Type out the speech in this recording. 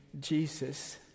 Jesus